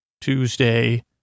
Tuesday